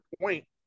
point